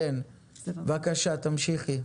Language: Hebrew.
בבקשה, תמשיכי.